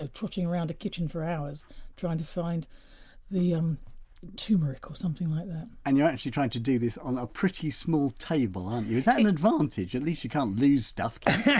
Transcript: ah trotting around a kitchen for hours trying to find the um turmeric or something like that and you're actually trying to do this on a pretty small table aren't you, is that an advantage, at least you can't lose stuff can yeah